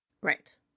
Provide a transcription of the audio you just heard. Right